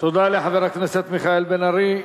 תודה לחבר הכנסת מיכאל בן-ארי.